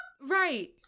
Right